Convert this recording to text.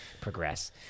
progress